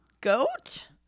goat